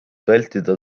vältida